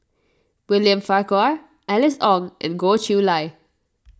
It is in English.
William Farquhar Alice Ong and Goh Chiew Lye